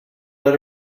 let